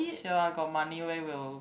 sure I got money where will